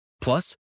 Plus